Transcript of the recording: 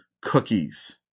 cookies